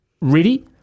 ready